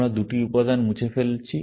আমরা দুটি উপাদান মুছে ফেলছি